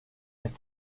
est